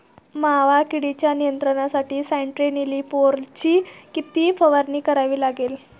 मावा किडीच्या नियंत्रणासाठी स्यान्ट्रेनिलीप्रोलची किती फवारणी करावी लागेल?